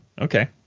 okay